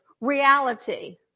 reality